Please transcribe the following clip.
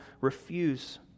refuse